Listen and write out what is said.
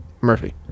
Murphy